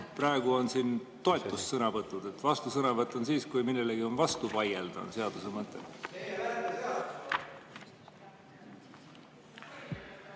praegu on siin toetussõnavõtud. Vastusõnavõtt on siis, kui millelegi on vastu vaielda. See on seaduse mõte.